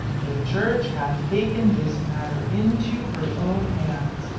the church hath taken this matter into her own hands,